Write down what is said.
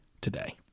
today